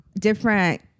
different